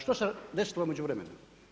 Što se desilo u međuvremenu?